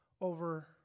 over